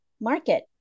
market